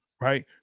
Right